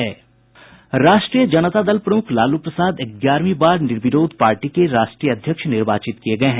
राष्ट्रीय जनता दल प्रमुख लालू प्रसाद ग्यारहवीं बार निर्विरोध पार्टी के राष्ट्रीय अध्यक्ष निर्वाचित किये गये हैं